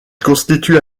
constitue